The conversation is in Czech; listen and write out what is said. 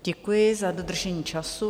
Děkuji za dodržení času.